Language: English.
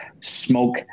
smoke